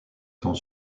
temps